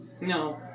no